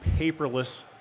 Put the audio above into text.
paperless